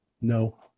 No